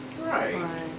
Right